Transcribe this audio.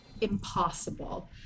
impossible